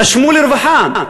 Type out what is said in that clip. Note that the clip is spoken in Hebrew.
נשמו לרווחה,